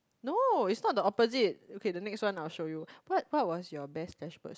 no it's not the opposite okay the next one I'll show you but what was your best slash worst